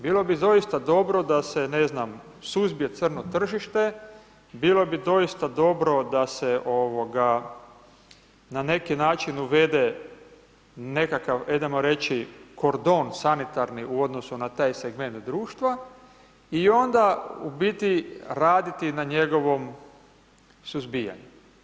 Bilo bi doista dobro da se suzbije crno tržište, bilo bi doista dobro da se na neki način uvede nekakav hajdemo reći kordon sanitarni u odnosu na taj segment društva i onda u biti raditi na njegovom suzbijanju.